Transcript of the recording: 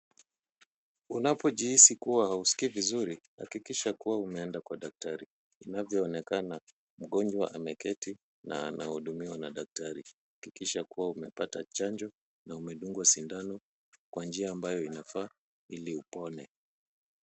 Unapojihisi kuwa hauskii vizuri, hakikisha kuwa umeenda kwa daktari. Inavyoonekana, mgonjwa ameketi na anahudumiwa na daktari. Hakikisha kuwa umepata chanjo na umedungwa sindano kwa njia ambayo inafaa ili upone.